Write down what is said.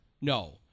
No